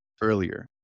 earlier